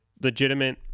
legitimate